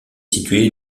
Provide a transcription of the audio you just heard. situé